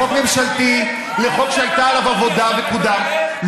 חוק ממשלתי, חוק שהייתה עליו עבודה והוא קודם.